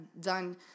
done